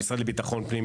המשרד לביטחון פנים,